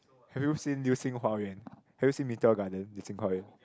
have you seen 流星花园 have you seen Meteor Garden 流星花园